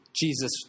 Jesus